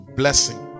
blessing